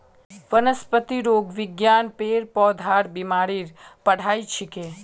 वनस्पतिरोग विज्ञान पेड़ पौधार बीमारीर पढ़ाई छिके